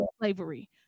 slavery